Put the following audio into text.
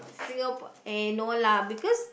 Singapore eh no lah because